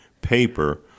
paper